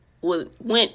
went